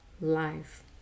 life